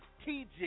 strategic